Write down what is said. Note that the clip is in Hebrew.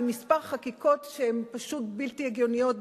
מספר חקיקות שהן פשוט בלתי הגיוניות,